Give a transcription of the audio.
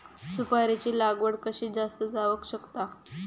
सुपारीची लागवड कशी जास्त जावक शकता?